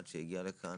שזה לא ראוי,